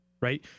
right